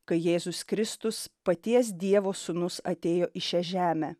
kai jėzus kristus paties dievo sūnus atėjo į šią žemę